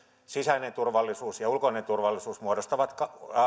sisäinen turvallisuus ja ulkoinen turvallisuus muodostavat